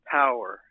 power